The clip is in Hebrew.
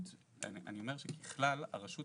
אני אומר שככלל, הרשות